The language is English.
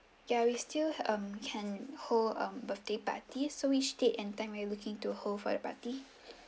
ya we still um can hold um birthday party so which date and time are you looking to hold for the party